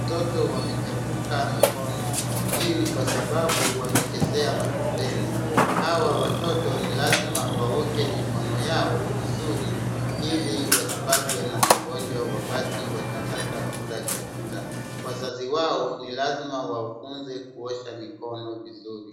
Watoto wamechafuka mikono, hii ni kwa sababu wamechezea matopeni. Hawa watoto ni lazima waoge mikono yao vizuri ili wasipatwe na magonjwa wakati wanataka kula chakula. Wazazi wao ni lazima wawafunze kuosha mikono vizuri.